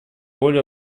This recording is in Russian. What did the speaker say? более